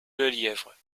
lelièvre